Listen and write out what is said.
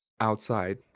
outside